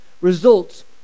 results